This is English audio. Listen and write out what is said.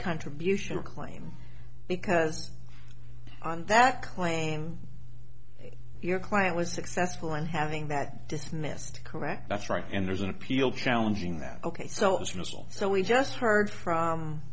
contribution claim because on that claim your client was successful in having that dismissed correct that's right and there's an appeal challenging that ok so it was a missile so we just heard from